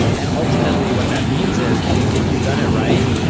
and ultimately what that means is if you've done it right,